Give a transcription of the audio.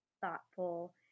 thoughtful